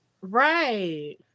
Right